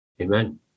amen